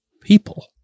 people